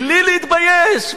בלי להתבייש.